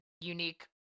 unique